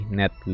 net